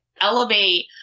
elevate